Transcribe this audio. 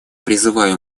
призываю